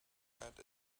add